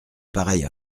pareille